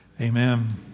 amen